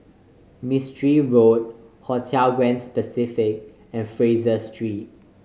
Mistri Road Hotel Grand Pacific and Fraser Street